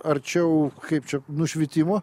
arčiau kaip čia nušvitimo